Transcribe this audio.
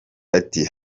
ati